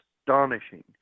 astonishing